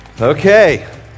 Okay